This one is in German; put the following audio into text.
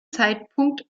zeitpunkt